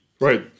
Right